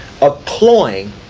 applying